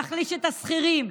להחליש את השכירים,